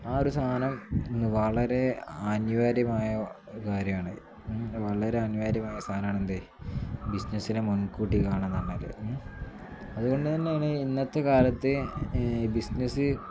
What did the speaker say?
ആ ഒരു സാധനം ഇന്ന് വളരെ ആനിവാര്യമായ കാര്യമാണ് വളരെ ആനിവാര്യമായ സാധനമാണ് എന്തേ ബിസിനസ്സിനെ മുൻകൂട്ടി കാണുക എന്നുള്ളത് അതുകൊണ്ട് തന്നെയാണ് ഇന്നത്തെ കാലത്ത് ബിസിനസ്സ്